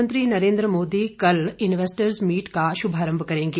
प्रधानमंत्री नरेंद्र मोदी कल investors meet का शुभारंभ करेंगे